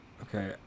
Okay